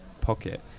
pocket